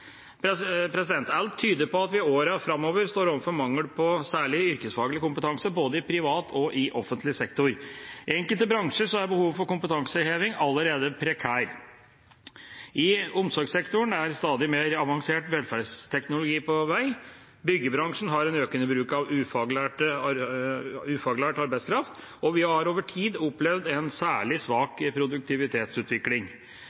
Alt tyder på at vi i årene framover står overfor en mangel på særlig yrkesfaglig kompetanse, både i privat og i offentlig sektor. I enkelte bransjer er behovet for kompetanseheving allerede prekært. I omsorgssektoren er stadig mer avansert velferdsteknologi på vei inn. Byggebransjen har en økende bruk av ufaglært arbeidskraft, og vi har over tid opplevd en særlig